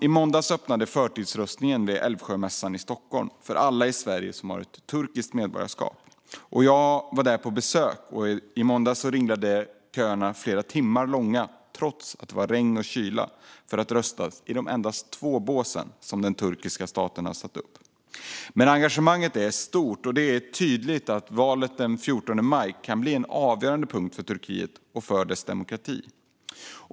I måndags öppnade förtidsröstningen vid Älvsjömässan i Stockholm för alla i Sverige som har turkiskt medborgarskap. Jag var där på besök. I måndags ringlade köerna flera timmar långa trots regn och kyla när människor skulle rösta i de två - det är endast två - bås som den turkiska staten har satt upp. Engagemanget är stort, och det är tydligt att valet den 14 maj kan bli en avgörande punkt för Turkiet och för dess demokrati.